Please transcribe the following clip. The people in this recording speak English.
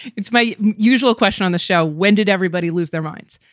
it's my usual question on the show. when did everybody lose their minds?